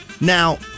Now